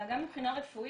אלא גם מבחינה רפואית.